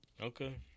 Okay